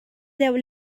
deuh